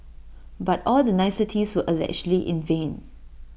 but all the niceties were allegedly in vain